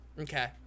Okay